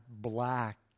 black